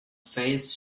face